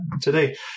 today